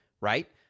Right